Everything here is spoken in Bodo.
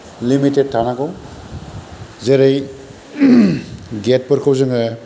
लिमिटेड थानांगौ जेरै गेटफोरखौ जोङो